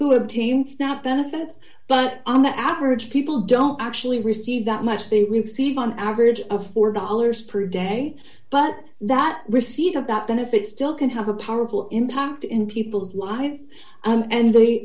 who have teams not benefits but on the average people don't actually receive that much they receive on average of four dollars per day but that receipt of that benefit still can have a powerful impact in people's lives and they